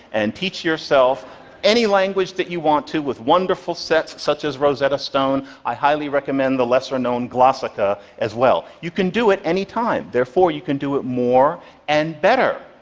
and teach yourself any language that you want to with wonderful sets such as rosetta stone. i highly recommend the lesser known glossika as well. you can do it any time, therefore you can do it more and better.